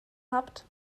habt